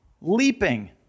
leaping